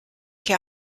che